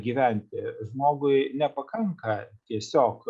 gyventi žmogui nepakanka tiesiog